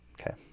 okay